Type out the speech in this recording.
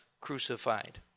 crucified